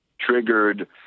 triggered